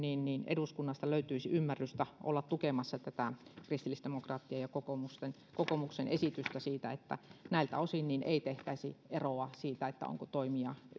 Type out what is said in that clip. eduskunnasta löytyisi ymmärrystä olla tukemassa tätä kristillisdemokraattien ja kokoomuksen esitystä että näiltä osin ei tehtäisi eroa siinä onko toimija